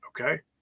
Okay